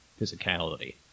physicality